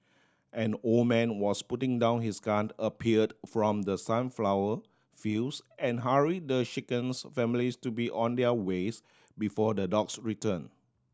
an old man was putting down his gun appeared from the sunflower fields and hurry the shaken families to be on their ways before the dogs return